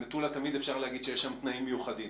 על מטולה תמיד אפשר להגיד שיש שם תנאים מיוחדים.